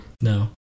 No